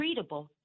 treatable